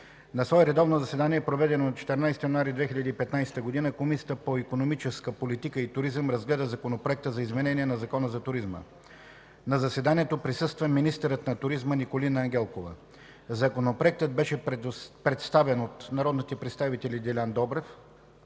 На свое редовно заседание, проведено на 14 януари 2015 г., Комисията по икономическа политика и туризъм разгледа Законопроекта за изменение на Закона за туризма. На заседанието присъства министърът на туризма Николина Ангелкова. Законопроектът беше представен от народния представител Делян Добрев.